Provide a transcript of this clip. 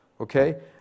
okay